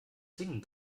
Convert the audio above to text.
singen